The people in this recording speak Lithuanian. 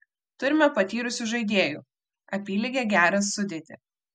turime patyrusių žaidėjų apylygę gerą sudėtį